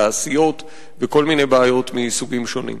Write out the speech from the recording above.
תעשיות וכל מיני בעיות מסוגים שונים.